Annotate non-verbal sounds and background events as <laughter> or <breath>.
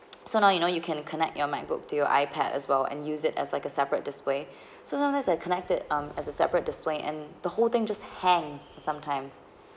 <noise> so now you know you can connect your macbook to your I_pad as well and use it as like a separate display <breath> so long as I connected um as a separate display and the whole thing just hangs sometimes